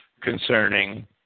concerning